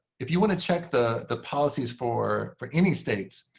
if you want to check the the policies for for any states,